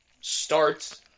start